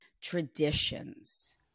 traditions